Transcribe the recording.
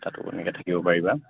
তাতো এনেকৈ থাকিব পাৰিবা